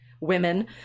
women